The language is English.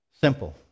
Simple